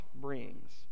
brings